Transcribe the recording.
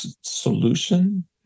solution